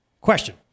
question